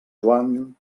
joan